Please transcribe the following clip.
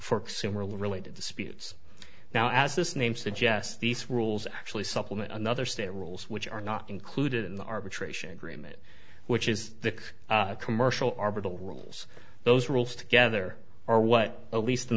for similarly related disputes now as this name suggests these rules actually supplement another state rules which are not included in the arbitration agreement which is the commercial orbital rules those rules together are what least in